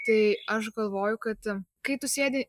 tai aš galvoju kad kai tu sėdi